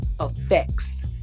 effects